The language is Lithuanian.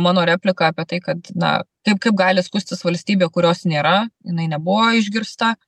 mano replika apie tai kad na taip kaip gali skųstis valstybė kurios nėra jinai nebuvo išgirsta